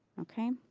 okay,